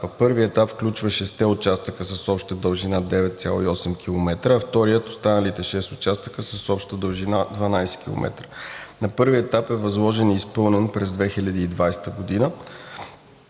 Първият етап включва шестте участъка с обща дължина 9,816 км, а вторият останалите шест участъка с обща дължина 12 км. Първият етап е възложен и изпълнен през 2020 г.,